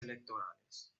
electorales